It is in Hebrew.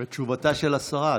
בתשובתה של השרה,